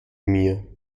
mir